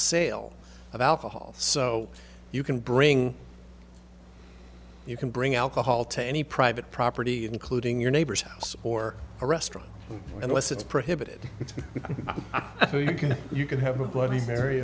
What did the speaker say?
sale of alcohol so you can bring you can bring alcohol to any private property including your neighbor's house or a restaurant unless it's prohibited so you can you can have a bloody mar